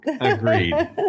Agreed